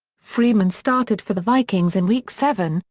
freeman started for the vikings in week seven,